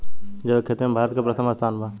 जैविक खेती में भारत के प्रथम स्थान बा